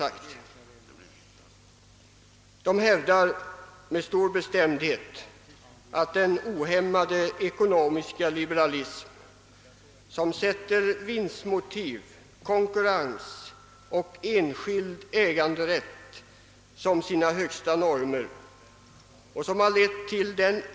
Det hävdas med stor bestämdhet, »att den ohämmade ekonomiska liberalism, som sätter vinstmotiv, konkurrens och enskild äganderätt som sina högsta normer, har lett till den.